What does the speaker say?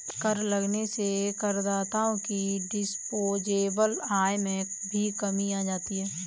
कर लगने से करदाताओं की डिस्पोजेबल आय में भी कमी आ जाती है